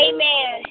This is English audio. Amen